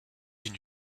une